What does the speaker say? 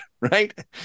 Right